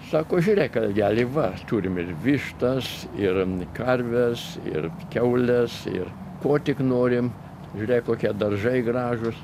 sako žiūrėk algeli va turim ir vištas ir karves ir kiaules ir ko tik norim žiūrėk kokie daržai gražūs